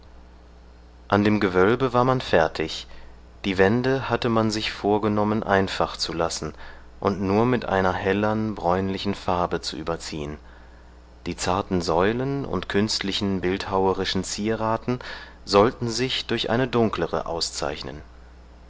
an dem gewölbe war man fertig die wände hatte man sich vorgenommen einfach zu lassen und nur mit einer hellern bräunlichen farbe zu überziehen die zarten säulen und künstlichen bildhauerischen zieraten sollten sich durch eine dunklere auszeichnen